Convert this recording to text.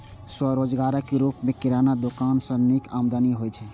स्वरोजगारक रूप मे किराना दोकान सं नीक आमदनी होइ छै